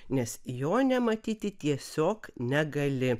nes jo nematyti tiesiog negali